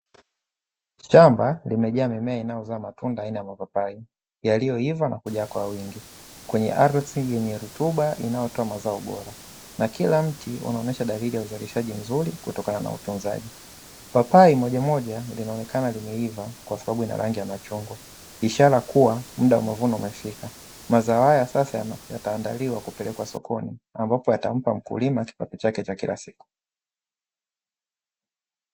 Shamba limejaa mimea inayozaa matunda aina ya mapapai, yaliyoiva na kujaa kwa wingi, kwenye ardhi yenye rutuba inayotoa mazao bora, na kila mti unaonyesha dalili ya uzalishaji mzuri kutokana na utunzaji. Papai mojamoja linaonekana limeiva kwa sababu lina rangi ya machungwa, ishara kuwa mda wa mavuno umefika. Mazao haya sasa yataandaliwa kupelekwa sokoni, ambapo yatampa mkulima kipato chake cha kila siku.